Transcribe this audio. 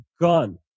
gone